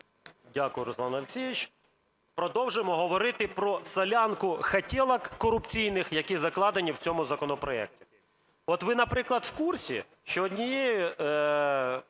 Дякую, Руслан Олексійович. Продовжимо говорити про солянку хотєлок корупційних, які закладені в цьому законопроекті. От ви, наприклад, в курсі, що одним